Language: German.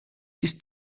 ist